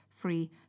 free